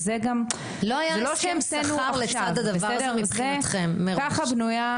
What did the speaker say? זה ברור שאם רוצים עכשיו שמתמחה יעבוד